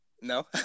No